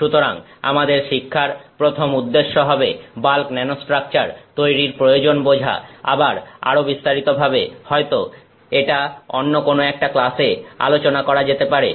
সুতরাং আমাদের শিক্ষার প্রথম উদ্দেশ্য হবে বাল্ক ন্যানোস্ট্রাকচার তৈরির প্রয়োজন বোঝা আবার আরও বিস্তারিত ভাবে হয়তো এটা অন্য কোন একটা ক্লাসে আলোচনা করা যেতে পারে